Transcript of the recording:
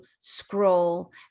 scroll